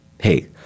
hey